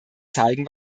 zeigen